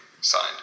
signed